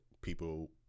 people